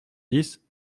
dix